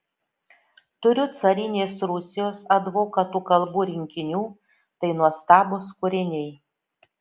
turiu carinės rusijos advokatų kalbų rinkinių tai nuostabūs kūriniai